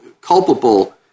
culpable